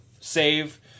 save